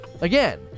Again